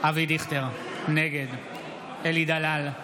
אבי דיכטר, נגד אלי דלל,